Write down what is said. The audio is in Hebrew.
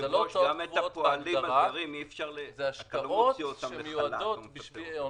זה לא הוצאות קבועות אלא זה השקעות עונתיות שמיועדות לגידולים.